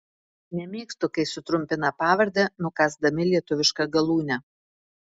nemėgstu kai sutrumpina pavardę nukąsdami lietuvišką galūnę